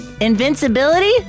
Invincibility